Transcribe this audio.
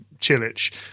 Chilich